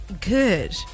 Good